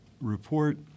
report